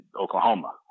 Oklahoma